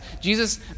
Jesus